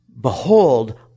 Behold